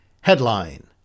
Headline